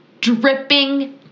dripping